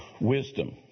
wisdom